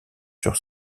sur